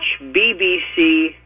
BBC